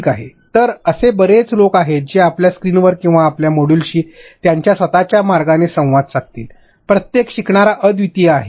ठीक आहे तर असे बरेच लोक आहेत जे आपल्या स्क्रीनवर किंवा आपल्या मॉड्यूलशी त्यांच्या स्वतःच्या मार्गाने संवाद साधतील प्रत्येक शिकणारा अद्वितीय आहे